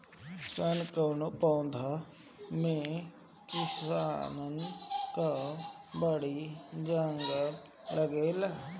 सन कअ पौधा में किसानन कअ बड़ी जांगर लागेला